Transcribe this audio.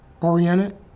oriented